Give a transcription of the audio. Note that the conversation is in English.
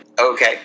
Okay